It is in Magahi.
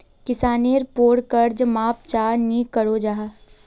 किसानेर पोर कर्ज माप चाँ नी करो जाहा?